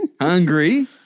Hungry